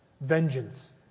vengeance